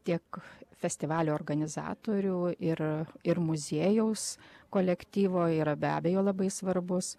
tiek festivalio organizatorių ir ir muziejaus kolektyvo yra be abejo labai svarbus